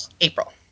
April